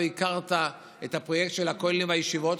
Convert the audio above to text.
הכרת את הפרויקט של הכוללים והישיבות,